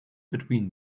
between